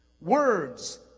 Words